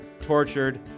tortured